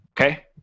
okay